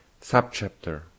Subchapter